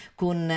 con